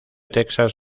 texas